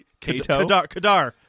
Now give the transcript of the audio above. Kadar